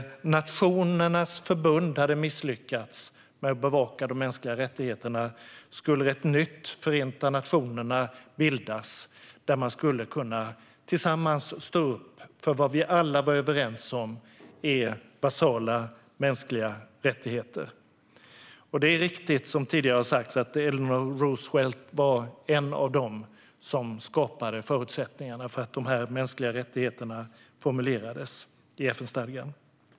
Där Nationernas förbund hade misslyckats med att bevaka de mänskliga rättigheterna skulle man härigenom tillsammans kunna stå upp för vad alla var överens om är basala mänskliga rättigheter. Det är riktigt som tidigare har sagts - Eleanor Roosevelt var en av dem som skapade förutsättningarna för att de mänskliga rättigheterna formulerades i FN-stadgan.